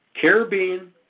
Caribbean